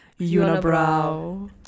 Unibrow